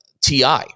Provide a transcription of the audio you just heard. TI